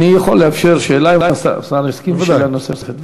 אני יכול לאפשר שאלה, אם השר יסכים לשאלה נוספת.